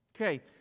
Okay